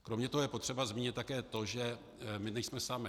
Kromě toho je potřeba zmínit také to, že my nejsme sami.